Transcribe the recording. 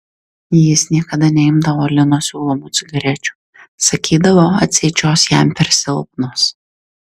jis niekada neimdavo lino siūlomų cigarečių sakydavo atseit šios jam per silpnos